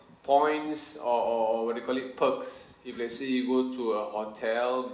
points or or or what do you call it perks if let's say you go to a hotel